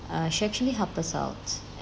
uh she actually help us out